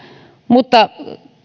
mutta